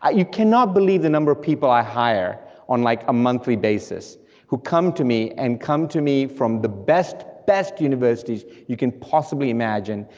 ah you cannot believe the number of people i hire on like, a monthly basis who come to me and come to me from the best, best universities you can possibly imagine,